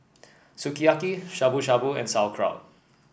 Sukiyaki Shabu Shabu and Sauerkraut